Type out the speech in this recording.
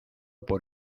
por